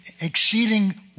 exceeding